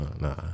nah